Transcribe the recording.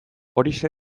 horixe